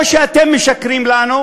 או שאתם משקרים לנו,